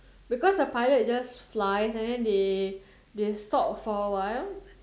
because a pilot just fly and then they they stop for a while